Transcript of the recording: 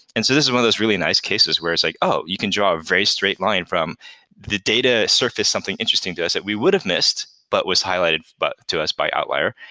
and so this is one of those really nice cases where it's like, oh, you can draw a very straight line from the data surface, something interesting to us that we would've missed, but was highlighted but to us by outlier,